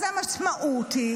אז המשמעות היא